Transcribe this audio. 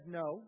no